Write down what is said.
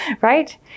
right